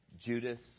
Judas